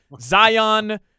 Zion